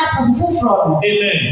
Amen